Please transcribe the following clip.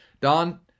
don